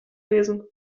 lesen